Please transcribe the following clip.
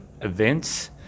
events